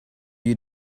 you